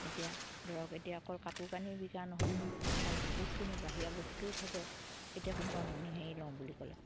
এতিয়া ধৰক এতিয়া অকল কাপোৰ কানি নহয় নহয় তাকে বহুতখিনি বাহিৰা বস্তুও থাকে এতিয়া কোনোবাই মণিহাৰী লওঁ বুলি ক'লে